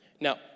Now